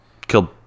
killed